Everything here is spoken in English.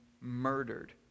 murdered